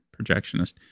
projectionist